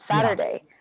Saturday